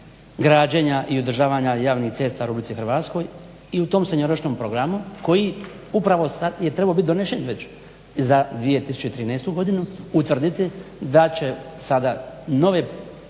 građenja i održavanja javnih cesta u Rh i u tom srednjoročnom programu koji upravo sad je trebao biti donošen već za 2013., utvrditi da će sada nove prometnice